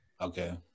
Okay